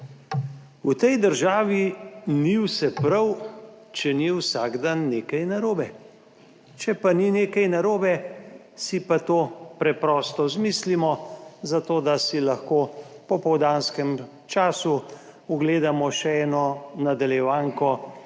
V tej državi ni vse prav, če ni vsak dan nekaj narobe. Če pa ni nekaj narobe, si pa to preprosto izmislimo, zato, da si lahko v popoldanskem času ogledamo še eno nadaljevanko